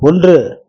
ஒன்று